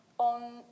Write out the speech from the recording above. on